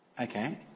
Okay